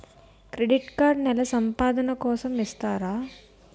Credit card నెల సంపాదన కోసం ఇస్తారా?